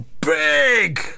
big